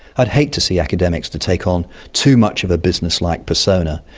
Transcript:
i'd hate to see academics to take on too much of a businesslike persona,